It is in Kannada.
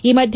ಈ ಮಧ್ಯೆ